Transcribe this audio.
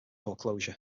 foreclosure